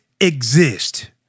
exist